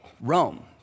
Rome